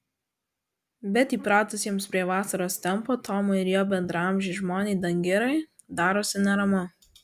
bet įpratusiems prie vasaros tempo tomui ir jo bendraamžei žmonai dangirai darosi neramu